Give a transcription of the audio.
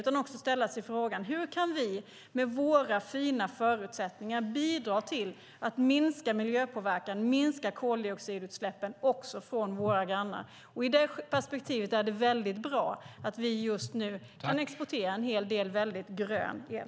Vi måste fråga oss hur vi med våra fina förutsättningar kan bidra till att minska miljöpåverkan och minska koldioxidutsläppen också från våra grannar. I det perspektivet är det bra att vi just nu kan exportera en hel del grön el.